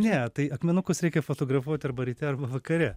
ne tai akmenukus reikia fotografuoti arba ryte arba vakare